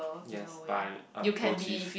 yes but I'm approchieve